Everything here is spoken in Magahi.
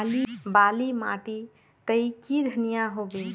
बाली माटी तई की धनिया होबे?